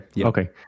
Okay